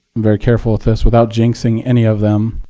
very careful with this, without jinxing any of them,